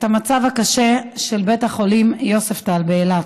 המצב הקשה של בית החולים יוספטל באילת.